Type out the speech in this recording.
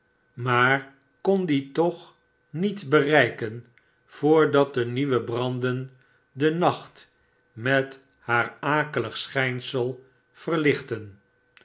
maar kon die toch niet bereiken voordat de ieuwe branden den nacht met haar akelig schijnsel verlichtten